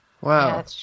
Wow